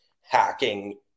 hacking